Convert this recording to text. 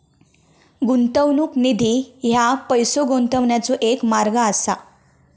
गुंतवणूक निधी ह्या पैसो गुंतवण्याचो एक मार्ग असा